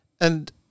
and-